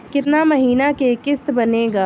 कितना महीना के किस्त बनेगा?